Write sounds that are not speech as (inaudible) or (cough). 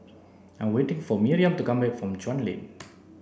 I'm waiting for Miriam to come back from Chuan Lane (noise)